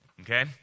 okay